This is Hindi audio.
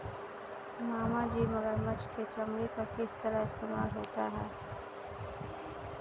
मामाजी मगरमच्छ के चमड़े का किस तरह इस्तेमाल होता है?